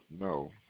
no